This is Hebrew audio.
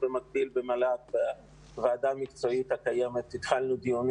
במקביל במל"ג קיימת ועדה מקצועית והתחלנו דיונים